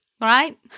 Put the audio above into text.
right